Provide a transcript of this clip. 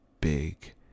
big